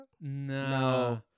No